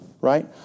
right